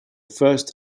first